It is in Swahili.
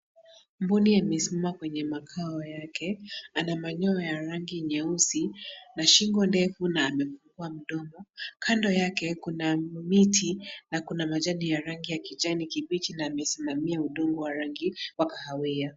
Mbuni amesimama kwenye makao yake. Ana manyoya ya rangi nyeusi na shingo ndefu na amefungua mdomo. Kando yake kuna miti na kuna majani ya rangi ya kijani kibichi na amesimamia udongo wa rangi wa kahawia.